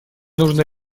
нужно